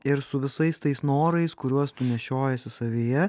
ir su visais tais norais kuriuos tu nešiojiesi savyje